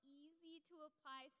easy-to-apply